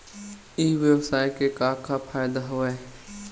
ई व्यवसाय के का का फ़ायदा हवय?